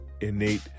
innate